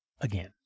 again